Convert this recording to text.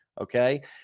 okay